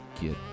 get